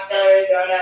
Arizona